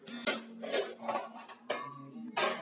Egyptian लोक पाणी पुरवठ्यासाठी नाईल नदीवर अवलंबून होते